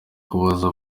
kubaza